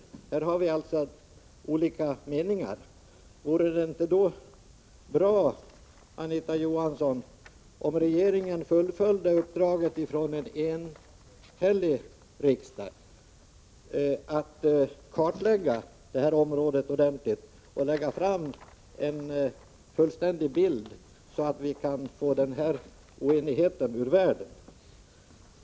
Här har vi alltså olika meningar. Vore det inte då bra, Anita Johansson, om regeringen fullföljde uppdraget från en enhällig riksdag att kartlägga detta område ordentligt och lägga fram en fullständig bild, så att vi kan få den här oenigheten ur världen?